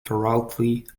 thoroughly